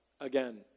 again